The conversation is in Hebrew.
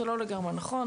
זה לא לגמרי נכון.